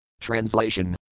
Translation